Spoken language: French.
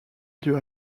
lieu